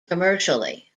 commercially